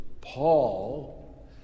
Paul